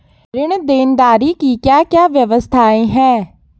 ऋण देनदारी की क्या क्या व्यवस्थाएँ हैं?